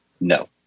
No